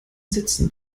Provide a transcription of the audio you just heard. sätzen